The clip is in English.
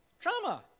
trauma